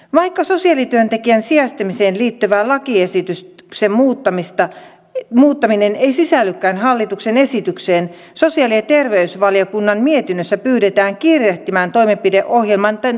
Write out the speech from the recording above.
vaikka sosiaalityöntekijän sijaistamiseen liittyvän lakiesityksen muuttaminen ei sisällykään hallituksen esitykseen sosiaali ja terveysvaliokunnan mietinnössä pyydetään kiirehtimään toimenpideohjelman täytäntöönpanoa